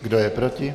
Kdo je proti?